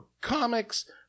Comics